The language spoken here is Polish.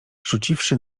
rzuciwszy